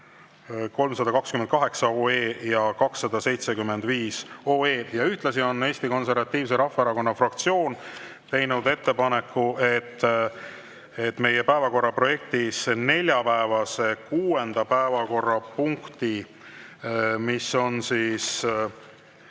328 OE ja 275 OE. Ühtlasi on Eesti Konservatiivse Rahvaerakonna fraktsioon teinud ettepaneku, et meie päevakorra projektis neljapäevase 6. päevakorrapunkti, mis on 273